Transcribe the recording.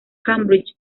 cambridge